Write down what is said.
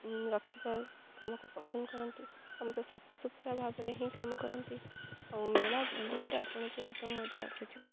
ରଖିବା କାମକୁ ପସନ୍ଦ କରନ୍ତି ସମସ୍ତେ ସଫା ସୁୁତୁରା ଭାବରେ ହିଁ କାମ କରନ୍ତି ଆଉ ମେଳା ବୁଲିବାରେ ଆପଣଙ୍କୁ ଏକଦମ ମଜା ଆସିଯିବ